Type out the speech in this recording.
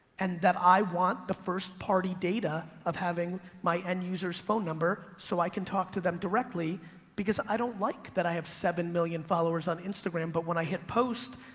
and that i want the first-party data of having my end user's phone number so i can talk to them directly because i don't like that i have seven million followers on instagram, but when i hit post,